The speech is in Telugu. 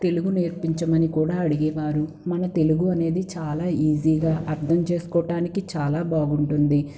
తెలుగు నేర్పించమని కూడా అడిగేవారు మన తెలుగు అనేది చాలా ఈజీగా అర్థంచేసుకోటానికి చాలా బాగుంటుంది